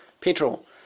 petrol